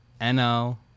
NL